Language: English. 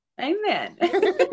Amen